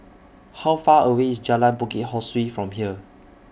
How Far away IS Jalan Bukit Ho Swee from here